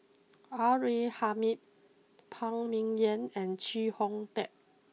R A Hamid Phan Ming Yen and Chee Kong Tet